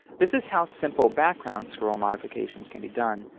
this is how simple background scroll modifications can be done,